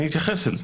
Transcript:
אני אתייחס לזה.